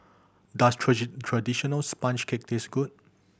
does traditional sponge cake taste good